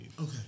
Okay